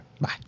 Bye